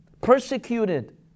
Persecuted